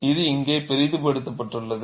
இது இங்கே பெரிதுபடுத்தப்பட்டுள்ளது